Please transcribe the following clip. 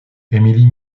emilie